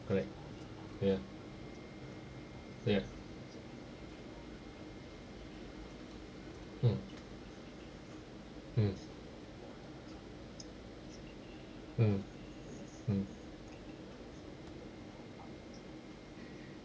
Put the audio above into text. correct ya ya mm mm mm mm